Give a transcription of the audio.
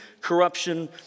corruption